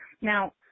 Now